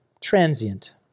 transient